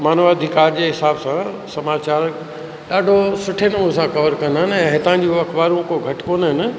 मानव अधिकार जे हिसाब सां समाचार ॾाढो सुठे नमूने सां कवर कंदा आहिनि ऐं हितां जी उहे अख़बारूं को घटि कोन आहिनि